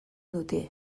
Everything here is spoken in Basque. dute